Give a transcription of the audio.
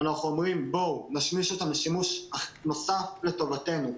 אנחנו אומרים: בואו נשמיש אותם לשימוש נוסף לטובתנו.